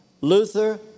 Luther